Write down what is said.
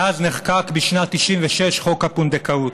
מאז נחקק בשנת 1996 חוק הפונדקאות.